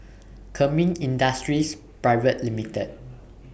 Kemin Industries Pte Ltd